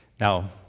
Now